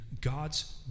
God's